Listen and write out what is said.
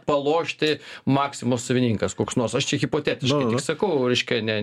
palošti maximos savininkas koks nors aš čia hipotetiškai sakau reiškia ne